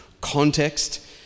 context